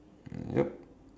yup